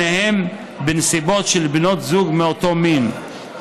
שניהם בנסיבות של בנות זוג מאותו מין.